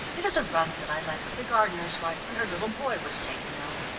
it is a rug that i lent to the gardener's wife when her little boy was taken ill.